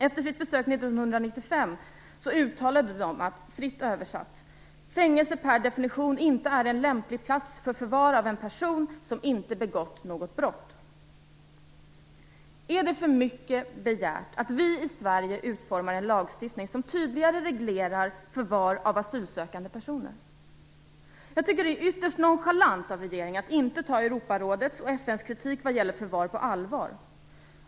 Efter sitt besök 1995 uttalade de, fritt översatt, att fängelse per definition inte är en lämplig plats för förvar av en person som inte begått något brott. Är det för mycket begärt att vi i Sverige utformar en lagstiftning som tydligare reglerar förvar av asylsökande personer? Jag tycker att det är ytterst nonchalant av regeringen att inte ta Europarådets och FN:s kritik vad gäller förvar på allvar.